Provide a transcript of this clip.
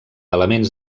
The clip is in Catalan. elements